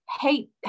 hate